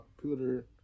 computer